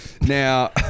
Now-